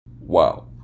Wow